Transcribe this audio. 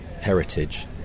heritage